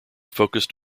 focused